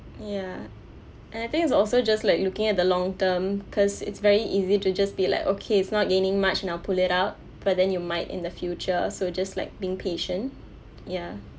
ya and I think it's also just like looking at the long-term because it's very easy to just be like okay it's not gaining much now pull it out but then you might in the future so just like being patient ya